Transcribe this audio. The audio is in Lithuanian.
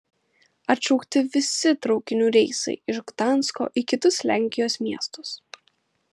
atšaukti visi traukinių reisai iš gdansko į kitus lenkijos miestus